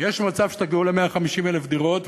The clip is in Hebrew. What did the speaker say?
יש מצב שתגיעו ל-150,000 דירות,